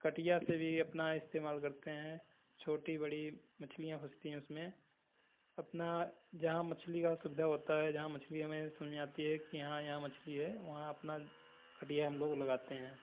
कटिया से भी अपना इस्तेमाल करते हैं छोटी बड़ी मछलियाँ फँसती हैं उसमें अपना जहाँ मछली का सुविधा होता है जहाँ मछली हमे सुन जाती है की यहाँ यहाँ मछली है वहाँ अपना खटिया हम लोग लगाते हैं